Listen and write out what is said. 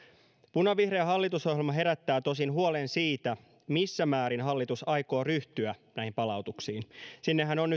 punavihreä hallitusohjelma herättää tosin huolen siitä missä määrin hallitus aikoo ryhtyä näihin palautuksiin sinnehän on